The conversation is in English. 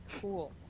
cool